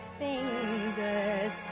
fingers